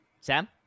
Sam